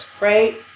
right